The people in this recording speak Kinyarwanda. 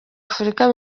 afurika